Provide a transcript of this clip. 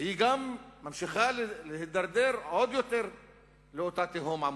היא גם ממשיכה להידרדר עוד יותר לאותה תהום עמוקה.